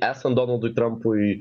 esant donaldui trumpui